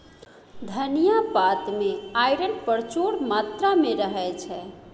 धनियाँ पात मे आइरन प्रचुर मात्रा मे रहय छै